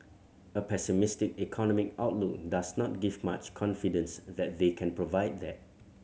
a pessimistic economic outlook does not give much confidence that they can provide that